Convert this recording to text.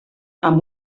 amb